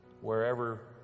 wherever